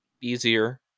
easier